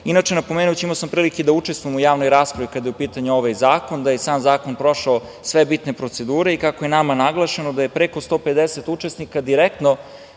mislila. Inače, imao sam prilike da učestvujem u javnoj raspravi kada je u pitanju ovaj zakon, da je sam zakon prošao sve bitne procedure i, kako je nama naglašeno, da je preko 150 učesnika direktno